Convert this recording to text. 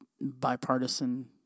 bipartisan